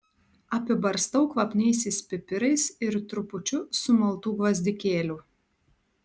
apibarstau kvapniaisiais pipirais ir trupučiu sumaltų gvazdikėlių